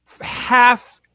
half